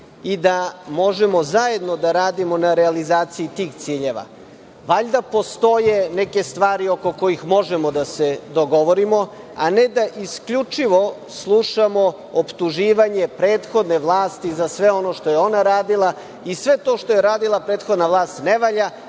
i da možemo zajedno da radimo na realizaciji tih ciljeva. Valjda postoje neke stvari oko kojih možemo da se dogovorimo, a ne da isključivo slušamo optuživanje prethodne vlasti za sve ono što je ona radila i sve to što je radila prethodna vlast ne valja,